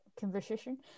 conversation